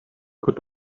could